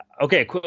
Okay